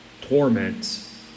torments